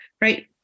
right